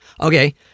Okay